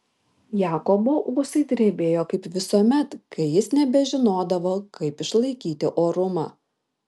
jakobo ūsai drebėjo kaip visuomet kai jis nebežinodavo kaip išlaikyti orumą